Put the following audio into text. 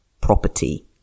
property